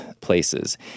places